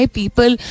people